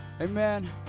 Amen